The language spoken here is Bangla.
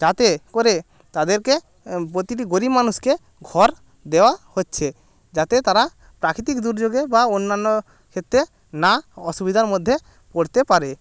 যাতে করে তাদেরকে প্রতিটি গরিব মানুষকে ঘর দেওয়া হচ্ছে যাতে তারা প্রাকৃতিক দুর্যোগে বা অন্যান্য ক্ষেত্রে না অসুবিধার মধ্যে পড়তে পারে